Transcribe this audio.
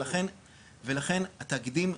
ולכן התאגידים,